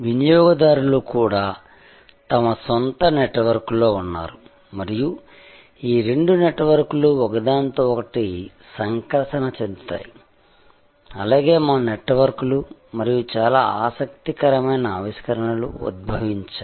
వినియోగదారులు కూడా తమ సొంత నెట్వర్క్లో ఉన్నారు మరియు ఈ రెండు నెట్వర్క్లు ఒకదానితో ఒకటి సంకర్షణ చెందుతాయి అలాగే మా నెట్వర్క్లు మరియు చాలా ఆసక్తికరమైన ఆవిష్కరణలు ఉద్భవించాయి